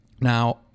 Now